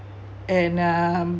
and uh